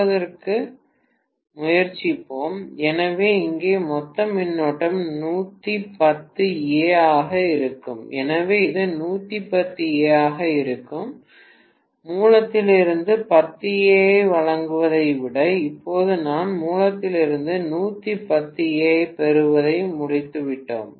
பார்ப்பதற்கு முயற்சிப்போம் எனவே இங்கே மொத்த மின்னோட்டம் 110 A ஆக இருக்கும் எனவே இது 110A ஆக இருக்கும் மூலத்திலிருந்து 10 A ஐ வழங்குவதை விட இப்போது நான் மூலத்திலிருந்து 110 A ஐப் பெறுவதை முடித்துவிட்டேன்